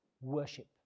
worship